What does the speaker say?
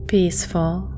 peaceful